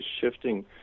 shifting